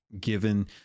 given